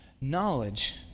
Knowledge